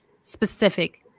specific